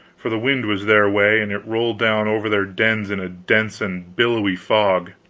for the wind was their way, and it rolled down over their dens in a dense and billowy fog.